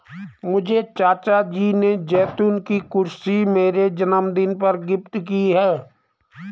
मुझे चाचा जी ने जैतून की कुर्सी मेरे जन्मदिन पर गिफ्ट की है